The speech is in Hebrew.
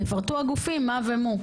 יפרטו הגופים מה בדיוק,